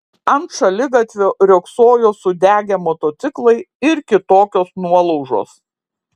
ant šaligatvio riogsojo sudegę motociklai ir kitokios nuolaužos